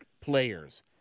players